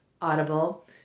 Audible